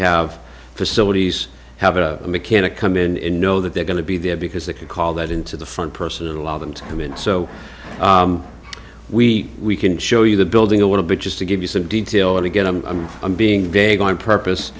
have facilities have a mechanic come in in know that they're going to be there because they could call that into the front person and allow them to come in so we we can show you the building a little bit just to give you some detail and again i'm i'm i'm being vague on purpose